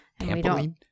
Tampoline